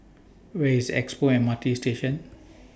Where IS Expo M R T Station